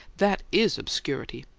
that is obscurity!